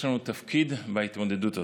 יש לנו תפקיד בהתמודדות הזאת.